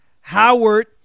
Howard